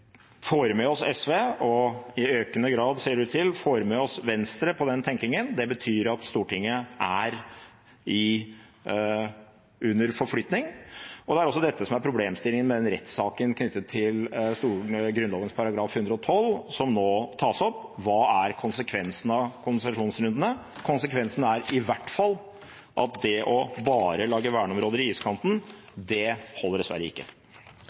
får med oss SV og i økende grad – ser det ut til – får med oss Venstre på den tenkningen. Det betyr at Stortinget er i forflytning. Det er også dette som er problemstillingen med rettssaken knyttet til Grunnloven § 112, som nå tas opp: Hva er konsekvensen av konsesjonsrundene? Konsekvensen er i hvert fall at det å bare lage verneområder i iskanten dessverre ikke holder. Jeg hadde egentlig ikke